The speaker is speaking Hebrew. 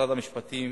משרד המשפטים,